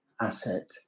asset